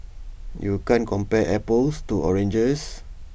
you can't compare apples to oranges